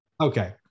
Okay